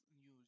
news